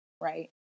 right